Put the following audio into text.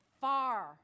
far